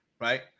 right